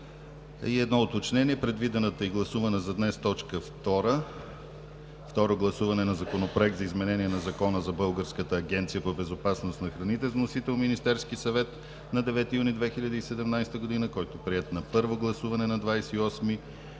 едно уточнение – предвидената и гласувана за днес точка втора – Второ гласуване на Законопроекта за изменение на Закона за Българската агенция по безопасност на храните, внесен от Министерския съвет на 9 юни 2017 г., който е приет на първо гласуване на 28